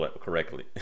correctly